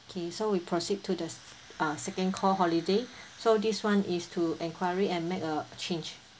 okay so we proceed to the uh second call holiday so this one is to enquiry and make a change